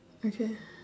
okay